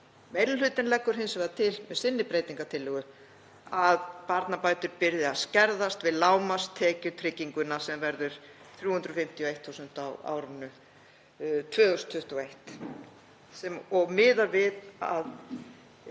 Meiri hlutinn leggur hins vegar til með breytingartillögu sinni að barnabætur byrji að skerðast við lágmarkstekjutrygginguna sem verður 351.000 á árinu 2021 og miðar við að